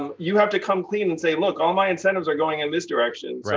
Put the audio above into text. um you have to come clean and say, look, all my incentives are going in this direction.